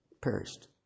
Perished